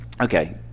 okay